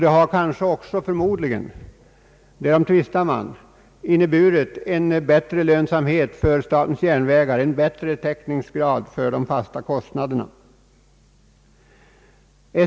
Det hade kanske också — därom tvistar man — inneburit en bättre lönsamhet för statens järnvägar, en högre täckningsgrad för de fasta kostnaderna.